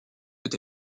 peut